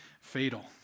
fatal